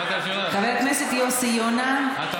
חבר הכנסת יוסי יונה, להצביע או לדחות?